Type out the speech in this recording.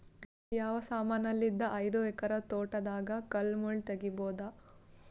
ಯಾವ ಸಮಾನಲಿದ್ದ ಐದು ಎಕರ ತೋಟದಾಗ ಕಲ್ ಮುಳ್ ತಗಿಬೊದ?